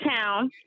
town